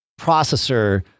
processor